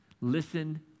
Listen